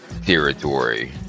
territory